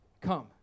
Come